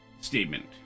statement